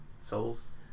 souls